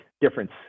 difference